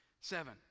Seven